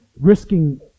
Risking